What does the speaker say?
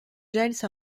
giles